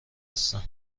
هستن